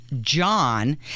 John